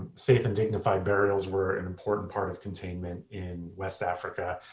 safe and dignified burials were an important part of containment in west africa,